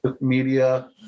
media